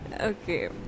okay